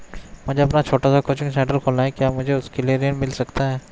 मुझे अपना छोटा सा कोचिंग सेंटर खोलना है क्या मुझे उसके लिए ऋण मिल सकता है?